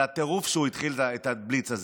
זה הטירוף שבו הוא התחיל את הבליץ הזה.